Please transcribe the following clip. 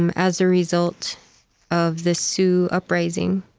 um as a result of the sioux uprising,